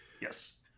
Yes